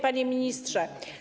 Panie Ministrze!